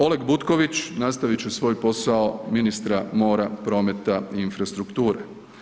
Oleg Butković nastavit će svoj posao ministra mora, prometa i infrastrukture.